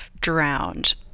drowned